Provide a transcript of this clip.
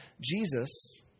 Jesus